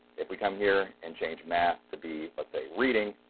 if we come here and change math to be, let's say reading,